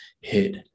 hit